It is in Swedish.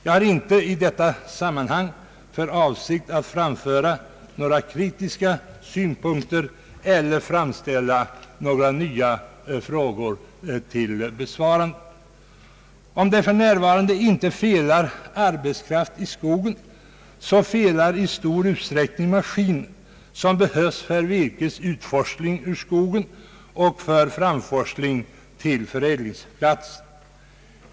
Jag har i detta sammanhang inte för avsikt att framföra några kritiska synpunkter eller framställa nya frågor för besvarande. Om det för närvarande inte felar arbetskraft i skogen, så felar i stor utsträckning maskiner som behövs för virkets utforsling ur skogen och framforsling till förädlingsplatsen.